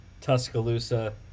Tuscaloosa